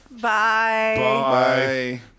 Bye